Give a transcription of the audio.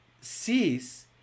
sees